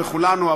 וכולנו,